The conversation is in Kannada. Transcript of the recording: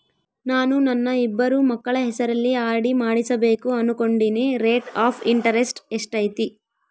ನಾನು ನನ್ನ ಇಬ್ಬರು ಮಕ್ಕಳ ಹೆಸರಲ್ಲಿ ಆರ್.ಡಿ ಮಾಡಿಸಬೇಕು ಅನುಕೊಂಡಿನಿ ರೇಟ್ ಆಫ್ ಇಂಟರೆಸ್ಟ್ ಎಷ್ಟೈತಿ?